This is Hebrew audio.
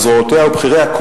על זרועותיה ובכיריה,